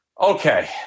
okay